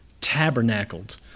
tabernacled